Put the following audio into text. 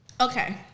Okay